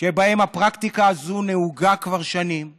שבהם הפרקטיקה הזאת נהוגה כבר שנים רואים,